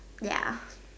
ya